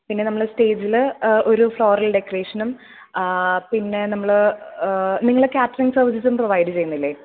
പിന്നെ നമ്മൾ സ്റ്റേജിൽ ഒരു ഫ്ലോറൽ ഡെക്കറേഷനും പിന്നെ നമ്മൾ നിങ്ങൾ കാറ്ററിംഗ് സർവീസും പ്രൊവൈഡ് ചെയ്യുന്നില്ലേ